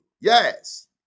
Yes